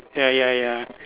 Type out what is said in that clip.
ya ya ya